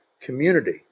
community